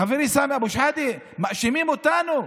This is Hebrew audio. חברי סמי אבו שחאדה, מאשימים אותנו,